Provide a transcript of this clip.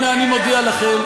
הנה אני מודיע לכם,